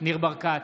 ניר ברקת,